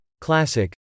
classic